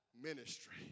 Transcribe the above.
Ministry